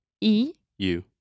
E-U